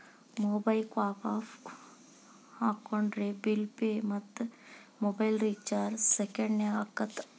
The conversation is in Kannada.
ಮೊಬೈಕ್ವಾಕ್ ಆಪ್ ಹಾಕೊಂಡ್ರೆ ಬಿಲ್ ಪೆ ಮತ್ತ ಮೊಬೈಲ್ ರಿಚಾರ್ಜ್ ಸೆಕೆಂಡನ್ಯಾಗ ಆಗತ್ತ